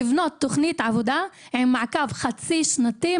לבנות תוכנית עבודה עם מעקב חצי-שנתי,